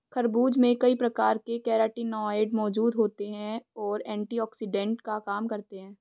खरबूज में कई प्रकार के कैरोटीनॉयड मौजूद होते और एंटीऑक्सिडेंट का काम करते हैं